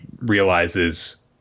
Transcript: realizes